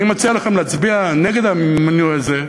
אני מציע לכם להצביע נגד המינוי הזה.